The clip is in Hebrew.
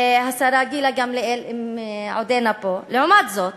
השרה גילה גמליאל, אם עודנה פה, לעומת זאת